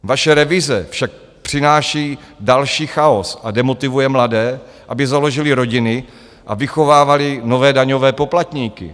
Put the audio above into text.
Vaše revize však přináší další chaos a demotivuje mladé, aby založili rodiny a vychovávali nové daňové poplatníky.